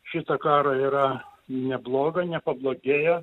šito karo yra nebloga nepablogėjo